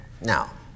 Now